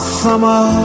summer